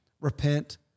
Repent